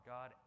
God